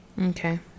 Okay